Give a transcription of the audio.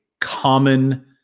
common